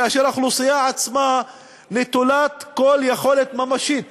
כאשר האוכלוסייה עצמה נטולת כל יכולת ממשית